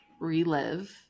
relive